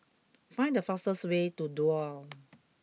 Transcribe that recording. find the fastest way to Duo